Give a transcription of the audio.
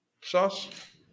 Sauce